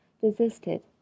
desisted